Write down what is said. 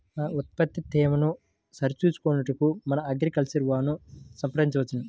మన ఉత్పత్తి తేమను సరిచూచుకొనుటకు మన అగ్రికల్చర్ వా ను సంప్రదించవచ్చా?